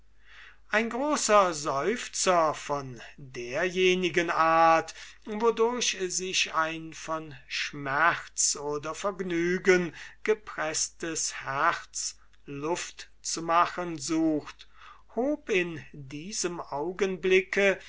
ein großer seufzer von derjenigen art wodurch sich ein von schmerz oder vergnügen gepreßtes herz luft zu machen sucht hob in diesem augenblicke